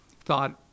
thought